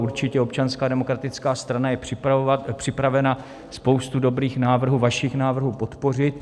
Určitě Občanská demokratická strana je připravena spoustu dobrých návrhů, vašich návrhů, podpořit.